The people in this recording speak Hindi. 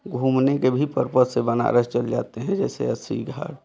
घूमने के भी पर्पस से बनारस चले जाते हैं जैसे अस्सी घाट